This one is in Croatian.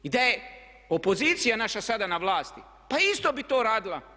I da je opozicija naša sada na vlasti pa isto bi to radila.